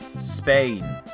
Spain